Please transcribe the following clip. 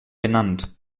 benannt